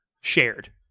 shared